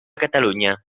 catalunya